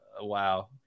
Wow